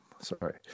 sorry